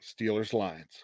Steelers-Lions